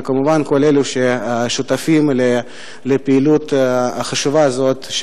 וכמובן כל אלו ששותפים לפעילות החשובה הזאת,